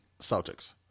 Celtics